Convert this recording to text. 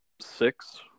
six